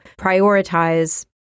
prioritize